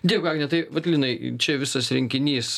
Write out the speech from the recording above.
dėkui agne tai vat linai čia visas rinkinys